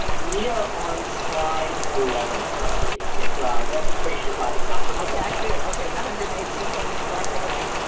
we are on slide eleven currently. it's a registration by the numbers. okay, i see it. okay, the one hundred and eighteen programs offered, okay.